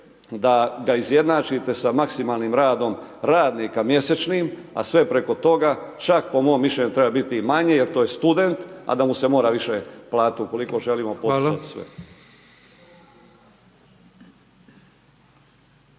da ga izjednačite sa maksimalnim radom radnika mjesečnim, a sve preko toga, čak po mom mišljenju treba biti manje, jer to je student, a da mu se mora više platiti, ukoliko želimo …/Govornik se